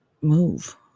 move